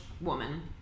woman